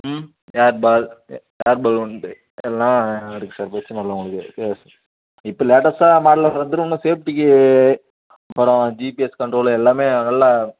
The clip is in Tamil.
ம் ஏர் பால் எ ஏர் பலூன் எல்லாம் இருக்குது சார் பிரச்சனை இல்லை உங்களுக்கு எ இப்போ லேட்டஸ்ட்டான மாடல் ஒன்று வந்து நம்ம சேஃப்ட்டிக்கு அப்பறம் ஜிபிஎஸ் கண்ட்ரோலு எல்லாமே நல்லா